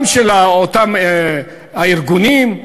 גם של אותם הארגונים,